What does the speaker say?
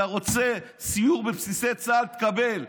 אתה רוצה סיור בבסיסי צה"ל, תקבל.